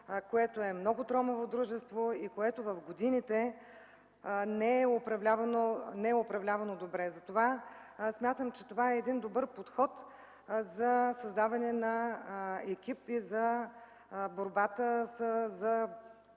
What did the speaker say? което е много тромаво и което през годините не е управлявано добре. Затова смятам, че това е един добър подход за създаване на екип и за борбата с